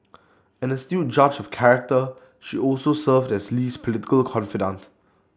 an astute judge of character she also served as Lee's political confidante